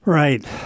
Right